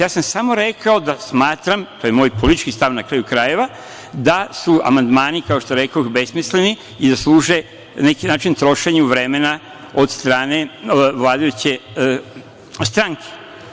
Samo sam rekao da smatram, to je moj politički stav, na kraju krajeva, da su amandmani, kao što rekoh, besmisleni i da služe, na neki način, trošenju vremena od strane vladajuće stranke.